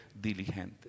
diligentes